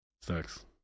sucks